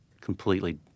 completely